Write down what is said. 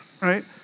right